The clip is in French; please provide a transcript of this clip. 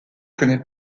connaît